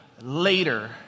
later